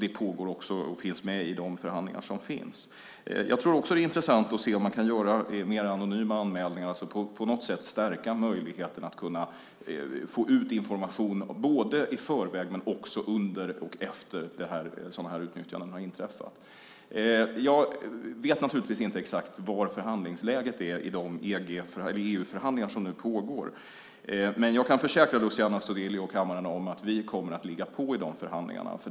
Det finns med i de förhandlingar som sker. Det är också intressant att se om man kan göra mer anonyma anmälningar och om det på något sätt går att stärka möjligheten att få ut information, i förväg, under tiden för utnyttjandet och efter att ett sådant här utnyttjande har inträffat. Jag vet naturligtvis inte exakt hur förhandlingsläget är i de EU-förhandlingar som nu pågår. Men jag kan försäkra Luciano Astudillo och kammaren om att vi kommer att ligga på i de förhandlingarna.